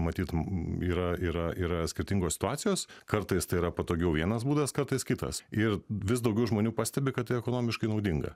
matyt yra yra yra skirtingos situacijos kartais tai yra patogiau vienas būdas kartais kitas ir vis daugiau žmonių pastebi kad tai ekonomiškai naudinga